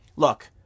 look